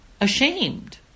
ashamed